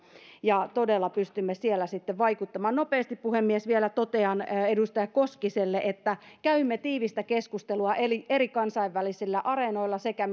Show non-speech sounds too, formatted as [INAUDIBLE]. niin todella pystymme siellä sitten vaikuttamaan puhemies nopeasti vielä totean edustaja koskiselle että käymme tiivistä keskustelua eri kansainvälisillä areenoilla sekä [UNINTELLIGIBLE]